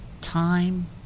time